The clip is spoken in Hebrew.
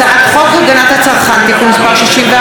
הצעת חוק הגנת הצרכן (תיקון מס' 61)